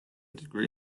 degree